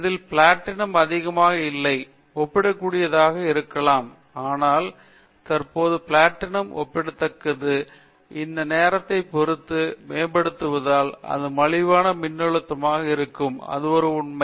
இதில் பிளாட்டினம் அதிகமாக இல்லை ஒப்பிடக்கூடியதாக இருக்கலாம் ஆனால் தற்போது அது டன் ஒப்பிடத்தக்கது இது நேரத்தை பொறுத்து மேம்படுத்தப்படுவதால் அது மலிவான மின்னழுத்தமாக இருக்கும் அது ஒரு உண்மை